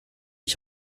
ich